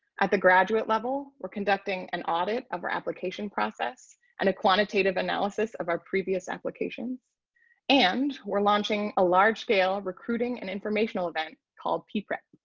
at the graduate level we're conducting an audit of our application process and a quantitative analysis of our previous applications and we're launching a large scale recruiting and informational event called pprep.